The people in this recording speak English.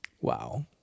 Wow